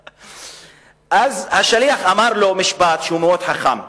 אז השליח אמר לו משפט שהוא מאוד חכם,